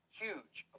huge